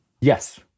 Yes